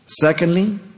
Secondly